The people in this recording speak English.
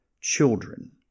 children